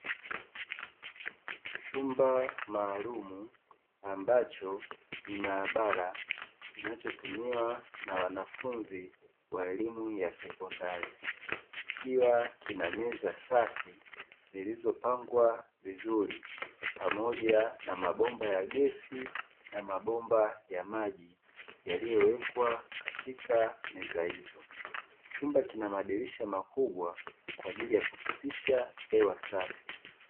Chumba maalumu ambacho ni maabara kinachotumiwa na wanafunzi wa elimu ya sekondari, kikiwa kina meza safi zilizopangwa vizuri pamoja na mabomba ya gesi na mabomba ya maji yaliyowekwa katika meza hizo. Chumba kina madirisha makubwa kwa ajili ya kupitisha hewa safi.